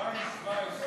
אחמד, ב-2017